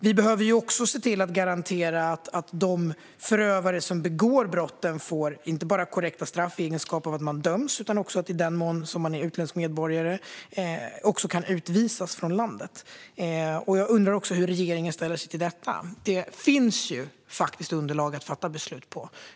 Vi behöver också se till att garantera att de förövare som begår brotten inte bara får korrekta straff i egenskap av att de döms utan att de också, i den mån de är utländska medborgare, kan utvisas från landet. Jag undrar hur regeringen ställer sig till detta. Det finns ju faktiskt underlag att fatta beslut på.